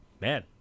man